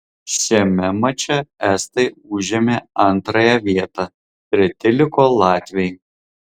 šiame mače estai užėmė antrąją vietą treti liko latviai